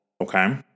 Okay